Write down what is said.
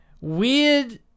weird